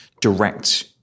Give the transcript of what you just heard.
direct